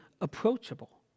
approachable